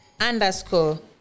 underscore